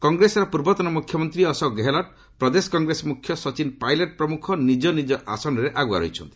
କଂଗ୍ରେସର ପୂର୍ବତନ ମୁଖ୍ୟମନ୍ତ୍ରୀ ଅଶୋକ ଗେହଲତ ପ୍ରଦେଶ କଂଗ୍ରେସ ମୁଖ୍ୟ ସଚିନ ପାଇଲଟ୍ ପ୍ରମୁଖ ନିଜ ନିଜ ଆସନରେ ଆଗୁଆ ରହିଛନ୍ତି